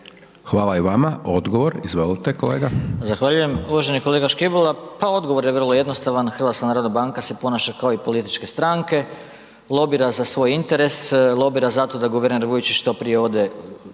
Hvala i vama. Odgovor, izvolite kolega.